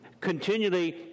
continually